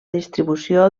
distribució